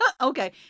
Okay